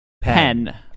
pen